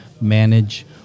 manage